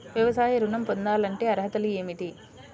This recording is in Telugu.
వ్యవసాయ ఋణం పొందాలంటే అర్హతలు ఏమిటి?